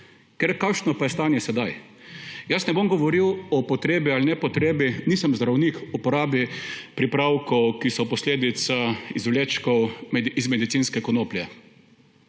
Kakšno pa je stanje sedaj? Jaz ne bom govoril o potrebi ali nepotrebi, nisem zdravnik, uporabe pripravkov, ki so posledica izvlečkov iz medicinske konoplje.